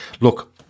look